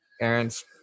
aaron's